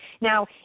Now